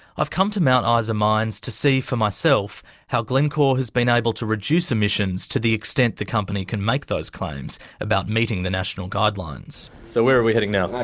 i've come to mount ah isa mines to see for myself how glencore has been able to reduce emissions to the extent the company can make those claims about meeting the national guidelines. so where are we heading now?